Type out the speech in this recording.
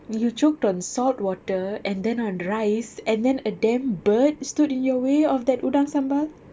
you you choked on salt water and then on rice and then a damn bird stood in your way of that udang sambal